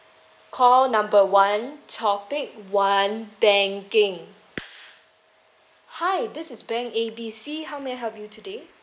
call number one topic one banking hi this is bank A B C how may I help you today